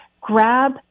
grab